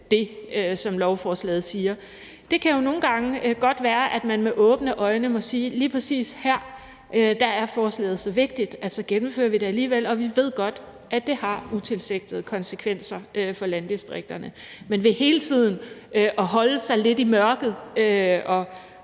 det, som lovforslaget siger. Det kan jo godt være, at man nogle gange med åbne øjne må sige, at lige præcis her er forslaget så vigtigt, at man gennemfører det alligevel, og man ved godt, at det har utilsigtede konsekvenser for landdistrikterne. Men ved hele tiden at holde sig lidt i mørket og